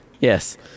Yes